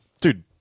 Dude